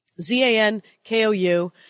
Z-A-N-K-O-U